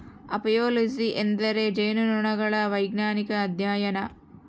apiology ಎಂದರೆ ಜೇನುನೊಣಗಳ ವೈಜ್ಞಾನಿಕ ಅಧ್ಯಯನ